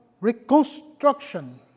reconstruction